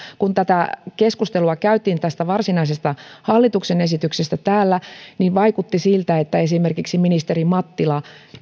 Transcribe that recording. kun keskustelua käytiin tästä varsinaisesta hallituksen esityksestä täällä vaikutti siltä että esimerkiksi ministeri mattila